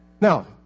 Now